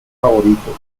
favoritos